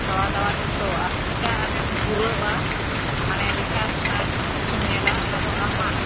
ᱠᱷᱟᱣᱟᱼᱫᱟᱣᱟ ᱡᱚᱛᱚ ᱟᱨ ᱪᱮᱫᱞᱮᱠᱟ ᱟᱢᱮᱢ ᱜᱷᱩᱨᱟᱹᱜᱼᱟ ᱢᱟᱱᱮ ᱫᱮᱠᱷᱟ ᱥᱩᱱᱟ ᱡᱟ ᱠᱤᱪᱷᱩᱢ ᱧᱮᱞᱟ ᱚᱱᱟ ᱫᱚ ᱟᱢᱟᱜ